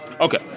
Okay